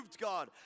God